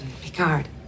Picard